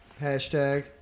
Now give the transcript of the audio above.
Hashtag